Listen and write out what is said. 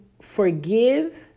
forgive